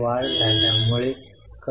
कारण लाभांश हा नेहमीच आर्थिक क्रिया असतो